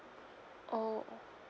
oh oh